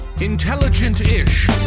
Intelligent-ish